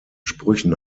sprüchen